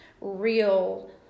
real